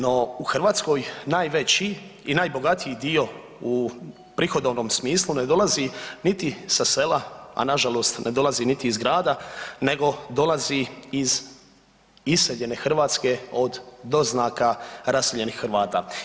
No u Hrvatskoj najveći i najbogatiji dio u prihodovnom smislu ne dolazi niti sa sela, a na žalost ne dolazi niti iz grada, nego dolazi iz iseljenje Hrvatske od doznaka raseljenih Hrvata.